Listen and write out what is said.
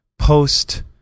Post